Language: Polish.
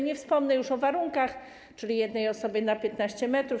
Nie wspomnę już o warunkach, czyli jedna osoba na 15 m.